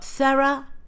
Sarah